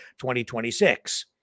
2026